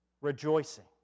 rejoicing